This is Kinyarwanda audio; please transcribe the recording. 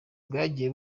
bwagiye